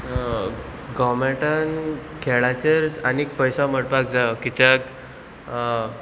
गोवमेंटान खेळाचेर आनीक पयसो मडपाक जायो कित्याक